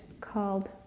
called